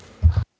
Hvala.